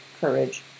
courage